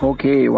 Okay